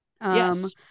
Yes